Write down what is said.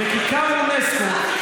בכיכר אונסק"ו,